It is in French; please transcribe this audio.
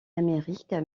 amérique